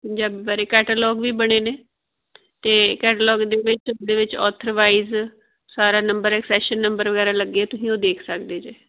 ਪੰਜਾਬੀ ਬਾਰੇ ਕੈਟਾਲੋਗ ਵੀ ਬਣੇ ਨੇ ਅਤੇ ਕੈਟਾਲੋਗ ਦੇ ਵਿੱਚ ਦੇ ਵਿੱਚ ਔਥਰ ਵਾਈਜ਼ ਸਾਰਾ ਨੰਬਰ ਐਕਸਪ੍ਰੈਸ਼ਨ ਨੰਬਰ ਵਗੈਰਾ ਲੱਗੇ ਤੁਸੀਂ ਉਹ ਦੇਖ ਸਕਦੇ ਜੇ